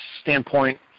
standpoint